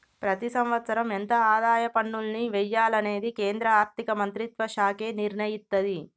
ప్రతి సంవత్సరం ఎంత ఆదాయ పన్నుల్ని వెయ్యాలనేది కేంద్ర ఆర్ధిక మంత్రిత్వ శాఖే నిర్ణయిత్తది